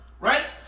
Right